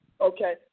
Okay